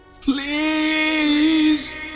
Please